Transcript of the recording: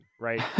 Right